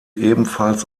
ebenfalls